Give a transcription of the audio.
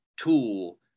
tool